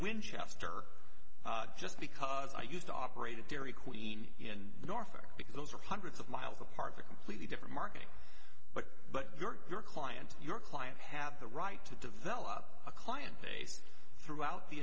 winchester just because i used to operate a dairy queen in norfolk because those are hundreds of miles apart a completely different market but but your client your client have the right to develop a client base throughout the